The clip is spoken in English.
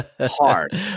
hard